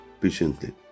patiently